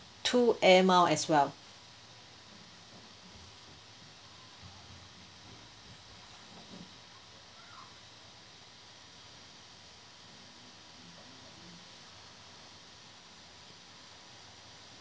two air mile as well